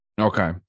Okay